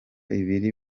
ibiri